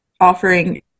offering